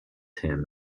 him